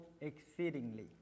exceedingly